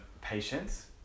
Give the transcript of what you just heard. patience